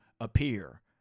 appear